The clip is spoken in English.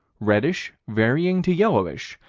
reddish varying to yellowish,